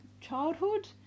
childhood